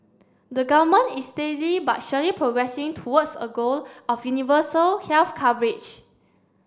the government is steadily but surely progressing towards a goal of universal health coverage